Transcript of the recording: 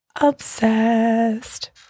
obsessed